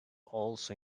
also